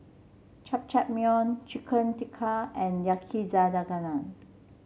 Jajangmyeon Chicken Tikka and Yakizakana